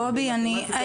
במתמטיקה,